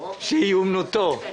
שהיא אמנותו.